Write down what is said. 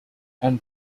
and